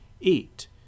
Eat